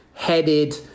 Headed